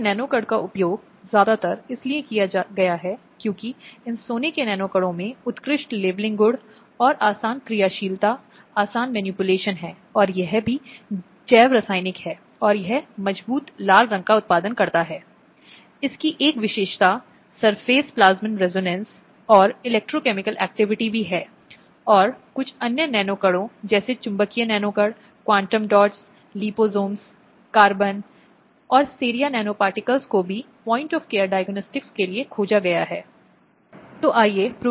संदर्भ समय को देखें 1845 अब इससे पहले कि हम परिभाषा जारी रखें यह आपके सामने लाने के लिए है तथ्य यह है कि ये अपराध जब इसने राष्ट्र के दंडात्मक कार्य पुस्तिका में अपनी शैली बना ली है अभी की बात नहीं लेकिन ऐतिहासिक रूप से महिलाओं की वजह से ये कभी भी सुरक्षित नहीं थे